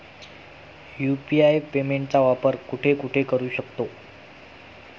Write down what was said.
UPI पेमेंटचा वापर कुठे कुठे करू शकतो?